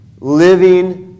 Living